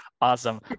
Awesome